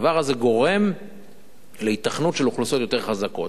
הדבר הזה גורם להיתכנות של אוכלוסיות יותר חזקות.